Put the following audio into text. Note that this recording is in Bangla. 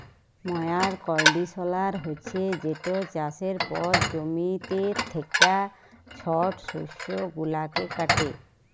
ময়ার কল্ডিশলার হছে যেট চাষের পর জমিতে থ্যাকা ছট শস্য গুলাকে কাটে